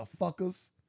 motherfuckers